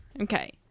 Okay